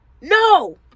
No